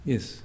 Yes